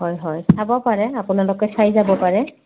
হয় হয় চাব পাৰে আপোনালোকে চাই যাব পাৰে